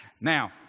Now